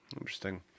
Interesting